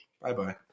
Bye-bye